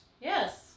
Yes